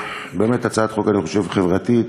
באמת, הצעת חוק, אני חושב, חברתית